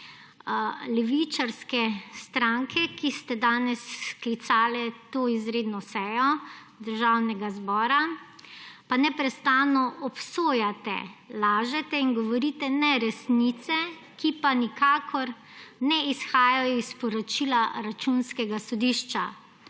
Levičarske stranke, ki ste danes sklicale to izredno sejo Državnega zbora, pa neprestano obsojate, lažete in govorite neresnice, ki pa nikakor ne izhajajo iz poročila Računskega sodišča.